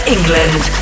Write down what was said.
England